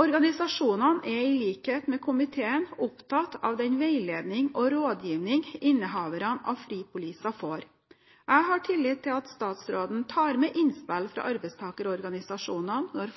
Organisasjonene er i likhet med komiteen opptatt av den veiledning og rådgivning innehaverne av fripoliser får. Jeg har tillit til at statsråden tar med innspill fra arbeidstakerorganisasjonene når